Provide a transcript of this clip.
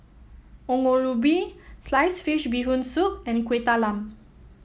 Ongol Ubi Sliced Fish Bee Hoon Soup and Kuih Talam